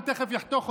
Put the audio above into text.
הוא תכף יחתוך אותי.